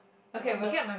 that one th~